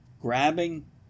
grabbing